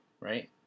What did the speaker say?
right